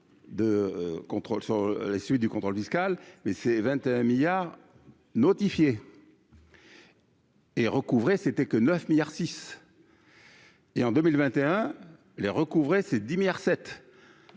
sur la suite du contrôle fiscal, mais ces 21 milliards notifié. Et recouvrait c'était que 9 milliards 6. Et en 2021 les recouvrer ces 10 milliards